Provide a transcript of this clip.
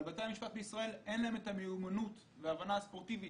אבל לבתי המשפט בישראל אין את המיומנות וההבנה הספורטיבית